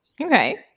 Okay